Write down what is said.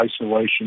isolation